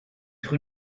rue